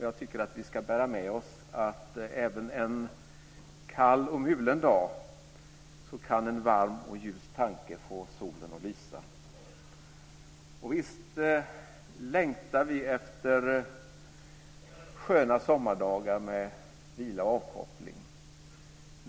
Jag tycker att vi ska bära med oss att även en kall och mulen dag kan en varm och ljus tanke få solen att lysa. Visst längtar vi efter sköna sommardagar med vila och avkoppling.